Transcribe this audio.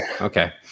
Okay